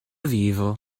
vivo